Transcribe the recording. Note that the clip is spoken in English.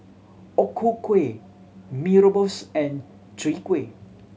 O Ku Kueh Mee Rebus and Chwee Kueh